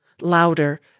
louder